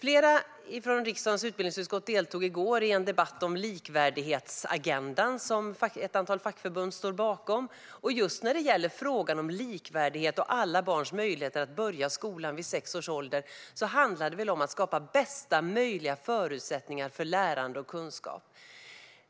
Flera från riksdagens utbildningsutskott deltog igår i en debatt om likvärdighetsagendan som ett antal fackförbund står bakom, och just när det gäller frågan om likvärdighet och alla barns möjlighet att börja skolan vid sex års ålder handlar det väl om att skapa bästa möjliga förutsättningar för lärande och kunskap.